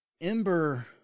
Ember